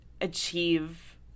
achieve